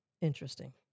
Interesting